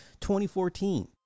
2014